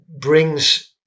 brings